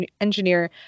engineer